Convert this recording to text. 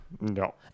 No